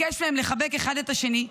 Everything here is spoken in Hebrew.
ביקש מהם לחבק אחד את השני,